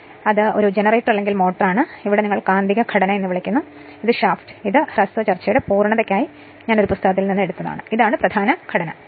അതിനാൽ ഇത് ഒരു ജനറേറ്റർ അല്ലെങ്കിൽ മോട്ടോറാണ് അവിടെ നിങ്ങൾ കാന്തിക ഘടന എന്ന് വിളിക്കുന്നു ഇതാണ് ഷാഫ്റ്റ് ഇത് ഈ ഹ്രസ്വ ചർച്ചയുടെ പൂർണതയ്ക്കായി ഞാൻ ഒരു പുസ്തകത്തിൽ നിന്ന് എടുത്തതാണ് ഇതാണ് പ്രധാന ഘടന